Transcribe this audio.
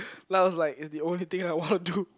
now it's like is the only thing I wanna do